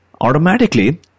automatically